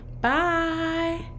bye